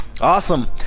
Awesome